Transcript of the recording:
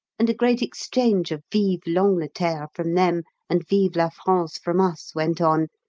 and a great exchange of vive l'angleterre from them, and vive la france from us went on,